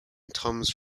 toms